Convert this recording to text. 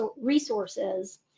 resources